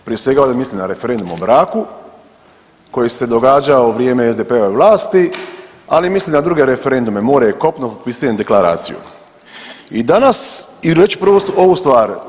Prije svega, ovdje mislim na referendum o braku, koji se događa u vrijeme SDP-ove vlasti, ali mislim i na druge referendume, More je kopno, ... deklaraciju i danas i reći ću prvo ovu stvar.